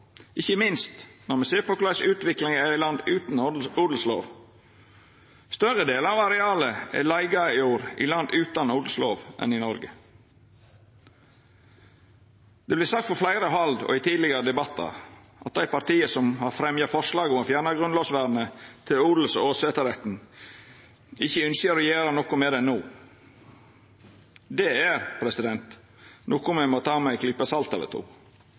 ikkje minst når me ser korleis utviklinga er i land utan odelslov. Større delar av areala er leigejord i land utan odelslov enn det er i Noreg. Det vert sagt frå fleire hald og i tidlegare debattar at dei partia som har fremja forslag om å fjerna grunnlovsvernet av odels- og åsetesretten, ikkje ynskjer å gjera noko med det no. Det er noko me må ta med ei klype salt eller to.